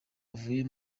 avuye